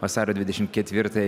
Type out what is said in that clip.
vasario dvidešim ketvirtąją